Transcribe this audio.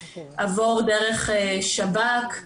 עבור דרך שב"כ,